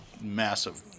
massive